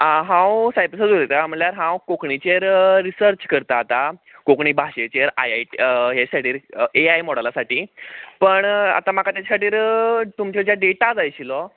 आं हांव साईप्रसाद उलयता म्हणल्यार हांव कोंकणीचेर रिसर्च करतां आता कोंकणी भाशेचेर आय आय ह्या सायडीर ए आय मॉडेला साठी पण आतां म्हाका तेंचे खातीर तुमचे कडच्यान डेटा जाय आशिल्लो